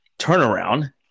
turnaround